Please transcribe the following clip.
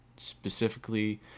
Specifically